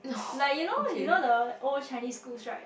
like you know you know the old Chinese schools right